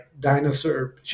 Dinosaur